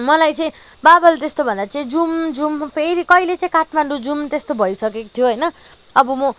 मलाई चाहिँ बाबाले त्यस्तो भन्दा चाहिँ जाउँजाउँ फेरि कहिले चाहिँ काठमाडौँ जाउँ त्यस्तो भइसकेको थियो होइन अब म